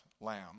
lamb